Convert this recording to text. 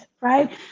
right